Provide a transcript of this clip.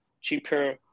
cheaper